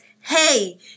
hey